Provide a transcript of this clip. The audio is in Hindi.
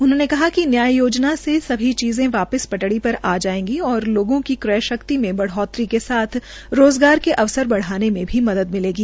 उन्होंने कहा कि न्याय योजना से सभी चीजें वापिस टड़ी र आ जायेगी और लोगों की क्रय शक्ति में बढ़ोतरी के साथ रोज़गार के अवसर बढ़ाने में भी मदद मिलेगी